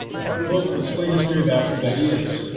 of our book to explain his theory of absolute ideas.